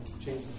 Jesus